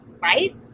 Right